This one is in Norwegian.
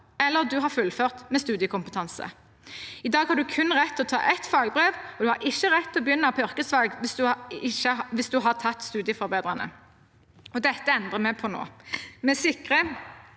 eller har fullført med studiekompetanse. I dag har man kun rett til å ta ett fagbrev, og man har ikke rett til å begynne på yrkesfag hvis man har tatt studieforberedende. Dette endrer vi på nå. Vi sikrer